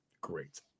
great